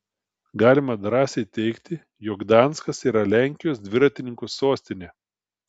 galima drąsiai teigti jog gdanskas yra lenkijos dviratininkų sostinė